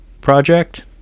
project